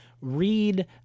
read